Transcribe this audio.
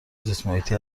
زیستمحیطی